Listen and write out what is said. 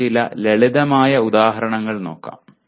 നമുക്ക് ചില ലളിതമായ ഉദാഹരണങ്ങൾ നോക്കാം